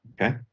okay